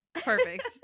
perfect